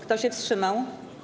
Kto się wstrzymał?